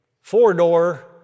four-door